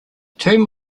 tomb